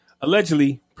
allegedly